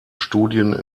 studien